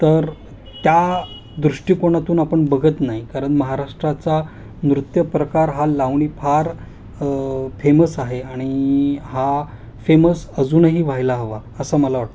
तर त्या दृष्टिकोनातून आपण बघत नाही कारण महाराष्ट्राचा नृत्य प्रकार हा लावणी फार फेमस आहे आणि हा फेमस अजूनही व्हायला हवा असं मला वाटतं